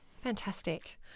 Fantastic